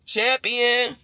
Champion